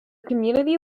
community